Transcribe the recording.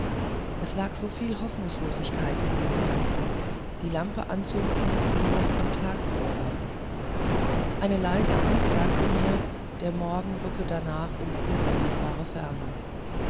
es lag so viel hoffnungslosigkeit in dem gedanken die lampe anzuzünden nur um den tag zu erwarten eine leise angst sagte mir der morgen rücke dadurch in